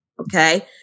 Okay